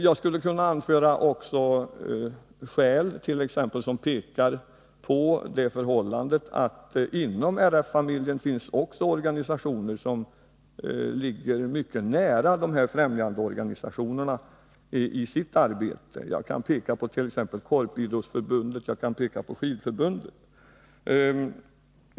Som skäl för detta kan jag peka på att det också 24 november 1982 inom RF-familjen finns organisationer som i sitt arbete ligger mycket nära främjandeorganisationerna. Jag kan som exempel nämna Korporations = Statens stöd till idrottsförbundet och Skidförbundet.